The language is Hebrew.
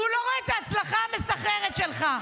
והוא לא רואה את ההצלחה המסחררת שלך.